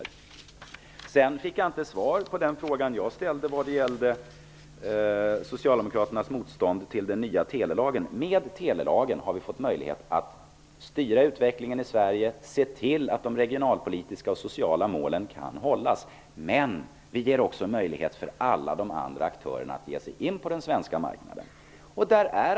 Jag fick inte svar på den fråga jag ställde om Socialdemokraternas motstånd mot den nya telelagen. Med telelagen har vi fått möjlighet att styra utvecklingen i Sverige, se till att de regionalpolitiska och sociala målen kan uppnås, men vi ger också möjlighet för alla de andra aktörerna att ge sig in på den svenska marknaden.